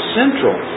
central